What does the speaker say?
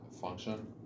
function